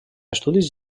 estudis